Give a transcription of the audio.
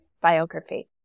biography